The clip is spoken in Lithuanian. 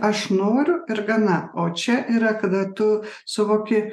aš noriu ir gana o čia yra kada tu suvoki